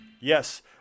Yes